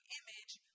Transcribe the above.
image